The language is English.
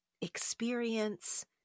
experience